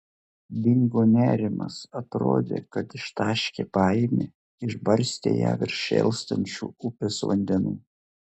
dingo nerimas atrodė kad ištaškė baimę išbarstė ją virš šėlstančių upės vandenų